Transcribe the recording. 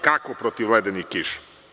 Kako protiv ledenih kiša?